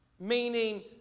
Meaning